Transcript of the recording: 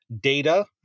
Data